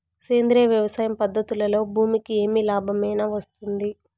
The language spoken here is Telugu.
సేంద్రియ వ్యవసాయం పద్ధతులలో భూమికి ఏమి లాభమేనా వస్తుంది?